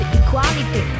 equality